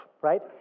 right